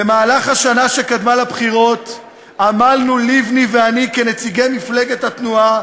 במהלך השנה שקדמה לבחירות עמלנו לבני ואני כנציגי מפלגת התנועה